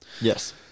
Yes